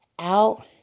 out